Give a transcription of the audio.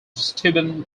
steuben